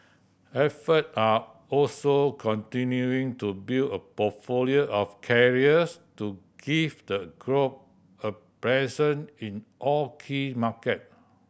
effort are also continuing to build a portfolio of carriers to give the group a presence in all key market